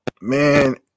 man